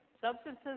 Substances